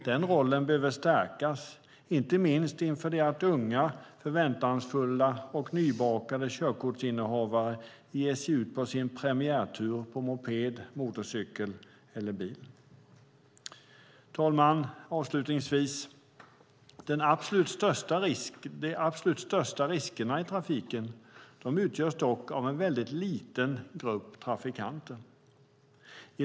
Denna roll behöver stärkas, inte minst inför det att unga, förväntansfulla och nybakade körkortsinnehavare ger sig ut på sin premiärtur på moped, motorcykel eller i bil. Fru talman! Avslutningsvis: De absolut största riskerna i trafiken utgörs dock av en väldigt liten grupp trafikanter.